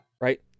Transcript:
Right